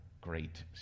great